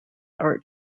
art